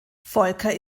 volker